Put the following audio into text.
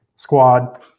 squad